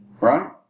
Right